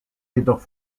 jedoch